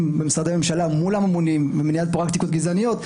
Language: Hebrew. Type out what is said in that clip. במשרדי הממשלה מול הממונים במניעת פרקטיקות גזעניות,